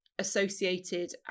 associated